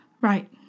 Right